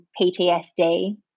PTSD